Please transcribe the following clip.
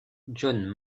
john